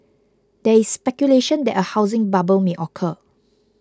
there is speculation that a housing bubble may occur